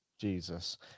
Jesus